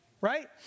right